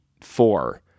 four